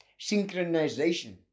synchronization